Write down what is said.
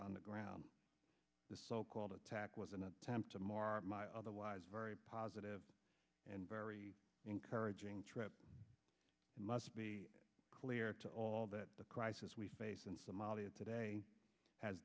of the ground the so called attack was an attempt to mar my otherwise very positive and very encouraging trip must be clear to all that the crisis we face in somalia today has